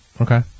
Okay